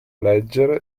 leggere